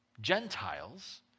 Gentiles